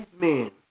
men